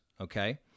okay